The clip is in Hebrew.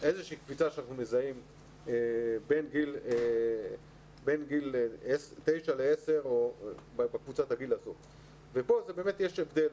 איזושהי קפיצה שאנחנו מזהים בין גיל תשע לעשר ופה באמת יש הבדל.